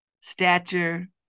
stature